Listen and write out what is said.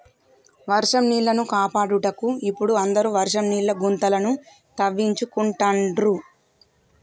వర్షం నీళ్లను కాపాడుటకు ఇపుడు అందరు వర్షం నీళ్ల గుంతలను తవ్వించుకుంటాండ్రు